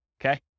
Okay